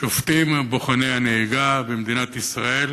שובתים בוחני הנהיגה במדינת ישראל,